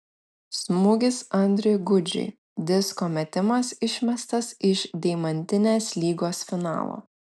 smūgis andriui gudžiui disko metimas išmestas iš deimantinės lygos finalo